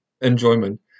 enjoyment